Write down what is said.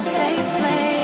safely